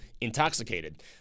intoxicated